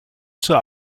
zur